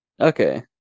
Okay